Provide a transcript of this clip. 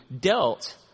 dealt